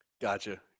Gotcha